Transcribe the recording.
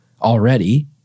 already